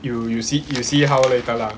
you you see you see how later lah